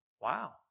Wow